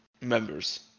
members